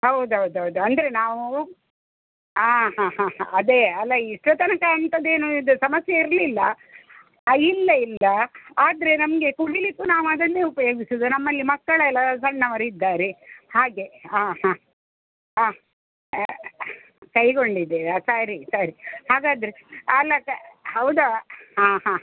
ಹೌದು ಹೌದು ಹೌದು ಅಂದರೆ ನಾವು ಹಾಂ ಹಾಂ ಹಾಂ ಹಾಂ ಅದೇ ಅಲ್ಲ ಇಷ್ಟರ ತನಕ ಅಂಥದ್ ಏನು ಇದು ಸಮಸ್ಯೆ ಇರಲಿಲ್ಲ ಹಾಂ ಇಲ್ಲ ಇಲ್ಲ ಆದರೆ ನಮಗೆ ಕುಡಿಲಿಕ್ಕು ನಾವು ಅದನ್ನೇ ಉಪಯೋಗಿಸೋದು ನಮ್ಮಲ್ಲಿ ಮಕ್ಕಳೆಲ್ಲ ಸಣ್ಣವರು ಇದ್ದಾರೆ ಹಾಗೆ ಹಾಂ ಹಾಂ ಕೈಗೊಂಡಿದೆಯ ಸರಿ ಸರಿ ಹಾಗಾದರೆ ಆಲಕ ಹೌದ ಹಾಂ ಹಾಂ